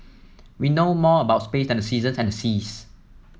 we know more about space than the seasons and the seas